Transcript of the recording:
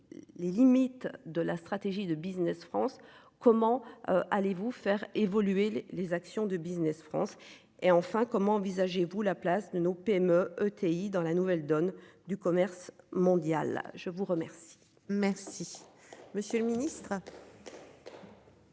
Les limites de la stratégie de Business France. Comment allez-vous faire évoluer les les actions de Business France et enfin comment envisagez-vous la place de nos PME ETI dans la nouvelle donne du commerce mondial. Je vous remercie. Merci. Monsieur le Ministre.